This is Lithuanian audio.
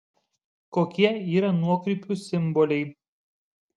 kokie yra nuokrypų simboliai